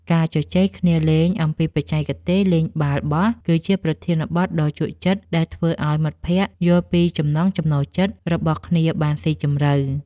ការជជែកគ្នាលេងអំពីបច្ចេកទេសលេងបាល់បោះ គឺជាប្រធានបទដ៏ជក់ចិត្តដែលធ្វើឱ្យមិត្តភក្តិយល់ពីចំណង់ចំណូលចិត្តរបស់គ្នាបានស៊ីជម្រៅ។